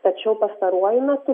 tačiau pastaruoju metu